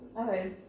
Okay